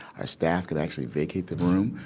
our staff can actually vacate the room,